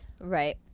Right